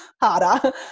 harder